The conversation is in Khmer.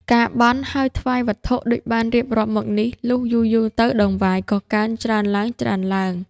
ការបន់ ហើយថ្វាយវត្ថុដូចបានរៀបរាប់មកនេះ លុះយូរៗទៅតង្វាយក៏កើនច្រើនឡើងៗ។